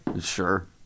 Sure